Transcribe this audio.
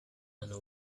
and